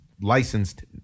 licensed